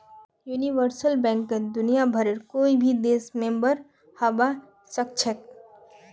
universal बैंकत दुनियाभरेर कोई भी देश मेंबर हबा सखछेख